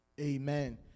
Amen